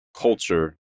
culture